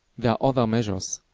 there are other measures,